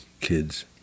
kids